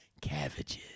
Cabbages